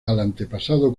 antepasado